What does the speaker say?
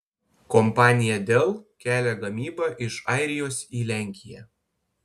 kompanija dell kelia gamybą iš airijos į lenkiją